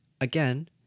Again